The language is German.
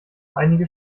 einige